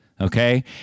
okay